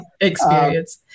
experience